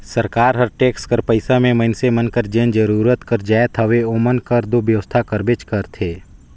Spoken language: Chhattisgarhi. सरकार हर टेक्स कर पइसा में मइनसे मन कर जेन जरूरत कर जाएत हवे ओमन कर दो बेवसथा करबेच करथे